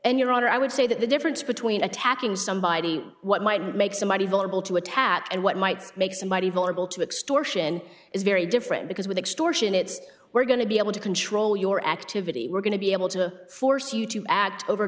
and your honor i would say that the difference between attacking somebody what might make somebody vulnerable to attack and what might make somebody vulnerable to extortion is very different because with extortion it's we're going to be able to control your activity we're going to be able to force you to act over